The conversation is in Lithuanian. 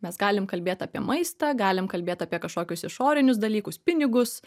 mes galim kalbėt apie maistą galim kalbėt apie kažkokius išorinius dalykus pinigus